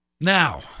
Now